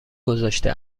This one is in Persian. گذاشته